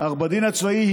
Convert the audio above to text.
אך בדין הצבאי היא מובנית,